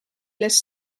les